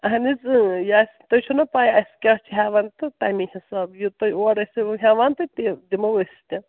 اَہن حظ یہِ آسہِ تُہۍ چھُو نا پَے اَسہِ کیٛاہ چھِ ہٮ۪وان تہٕ تَمی حِساب یہِ تُہۍ اور ٲسِو ہٮ۪وان تہٕ تہِ دِمو أسۍ تہِ